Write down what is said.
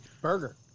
burger